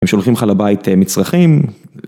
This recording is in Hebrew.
הם שולחים לך לבית מצרכים...